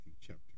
chapter